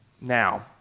Now